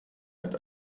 mit